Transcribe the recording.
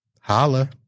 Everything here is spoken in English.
holla